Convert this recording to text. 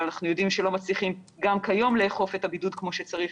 אבל אנחנו יודעים שלא מצליחים גם כיום לאכוף את הבידוד כמו שצריך.